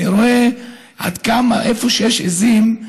אני רואה עד כמה איפה שיש עיזים,